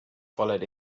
followed